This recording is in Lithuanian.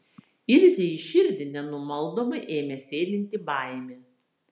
ilzei į širdį nenumaldomai ėmė sėlinti baimė